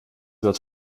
wird